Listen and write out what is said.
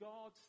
God